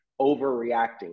overreacting